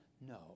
No